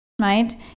right